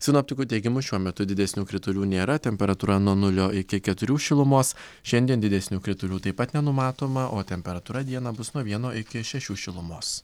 sinoptikų teigimu šiuo metu didesnių kritulių nėra temperatūra nuo nulio iki keturių šilumos šiandien didesnių kritulių taip pat nenumatoma o temperatūra dieną bus nuo vieno iki šešių šilumos